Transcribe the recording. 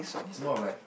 is more of like